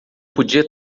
podia